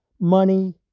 money